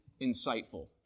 insightful